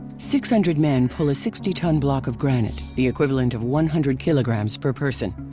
six hundred men pull a sixty ton block of granite, the equivalent of one hundred kilograms per person.